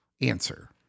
answer